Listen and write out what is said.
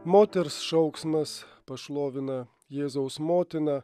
moters šauksmas pašlovina jėzaus motiną